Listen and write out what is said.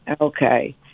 Okay